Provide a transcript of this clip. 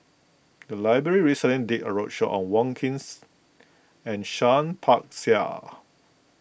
the library recently did a roadshow on Wong Keen and Seah Peck Seah